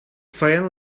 feien